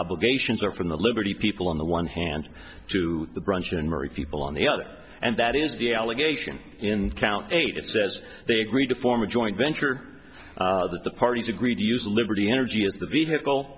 obligations are from the liberty people on the one hand to the branch and murray people on the other and that is the allegation in count eight it says they agreed to form a joint venture that the parties agreed to use liberty energy as the vehicle